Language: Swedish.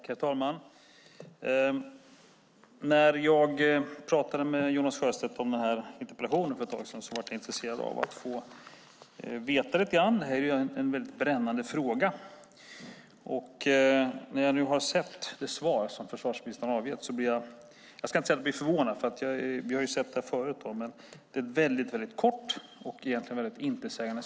Herr talman! När jag för ett tag sedan talade med Jonas Sjöstedt om den här interpellationen blev jag intresserad av att få veta lite grann i denna brännande fråga. Efter att ha sett det svar som försvarsministern nu avgett blir jag inte förvånad - vi har ju sett det förut - men svaret är väldigt kort och egentligen intetsägande.